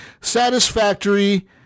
satisfactory